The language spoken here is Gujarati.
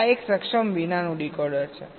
આ એક સક્ષમ વિનાનું ડીકોડર છે